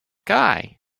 guy